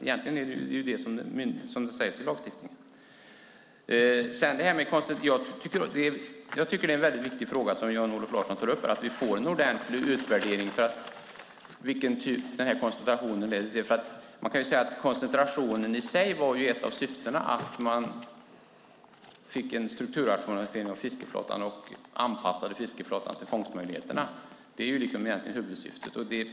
Så står det i lagstiftningen. Precis som Jan-Olof Larsson säger är det viktigt att vi får en ordentlig utvärdering. Koncentrationen var ett av syftena till att man gjorde en strukturrationalisering av fiskeflottan och anpassade den till fångstmöjligheterna. Det var egentligen huvudsyftet.